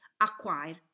acquire